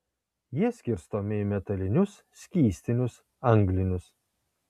jie skirstomi į metalinius skystinius anglinius